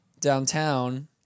downtown